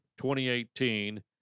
2018